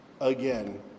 again